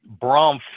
Bromf